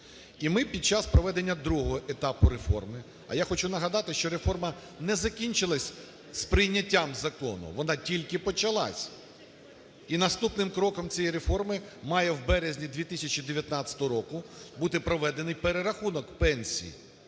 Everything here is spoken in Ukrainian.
І ми під час проведення другого етапу реформи, а я хочу нагадати, що реформа не закінчилася з прийняттям закону, вона тільки почалася, і наступним кроком цієї реформи має в березні 2019 року бути проведений перерахунок пенсій